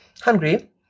hungry